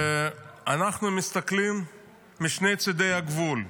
אנחנו מסתכלים משני צידי הגבול.